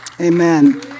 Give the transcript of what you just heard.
Amen